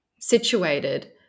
situated